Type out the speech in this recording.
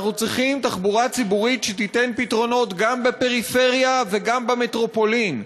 אנחנו צריכים תחבורה ציבורית שתיתן פתרונות גם בפריפריה וגם במטרופולין.